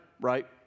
right